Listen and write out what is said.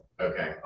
Okay